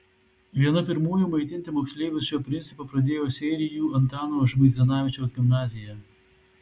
viena pirmųjų maitinti moksleivius šiuo principu pradėjo seirijų antano žmuidzinavičiaus gimnazija